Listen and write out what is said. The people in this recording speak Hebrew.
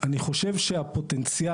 אני חושב שהפוטנציאל,